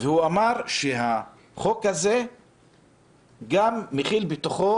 והוא אמר שהחוק הזה גם מכיל בתוכו,